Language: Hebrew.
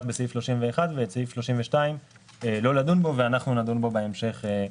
בסעיף 31 ובסעיף 32 לא לדון ואנחנו נדון בו בהמשך.